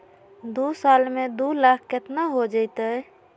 दू साल में दू लाख केतना हो जयते?